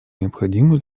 необходимую